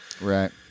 right